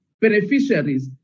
beneficiaries